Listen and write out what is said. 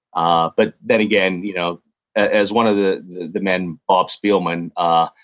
ah but then again, you know as one of the the men, bob spielman, ah